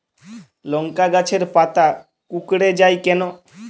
লংকা গাছের পাতা কুকড়ে যায় কেনো?